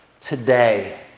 today